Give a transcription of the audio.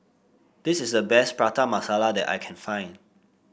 this is the best Prata Masala that I can find